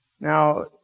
Now